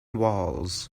walls